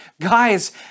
guys